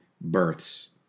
births